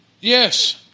Yes